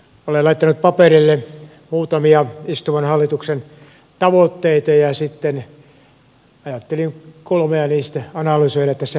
olen laittanut paperille muutamia istuvan hallituksen tavoitteita ja sitten ajattelin kolmea niistä analysoida tässä lyhyesti